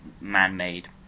man-made